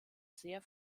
sehr